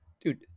Dude